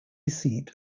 seat